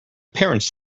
parents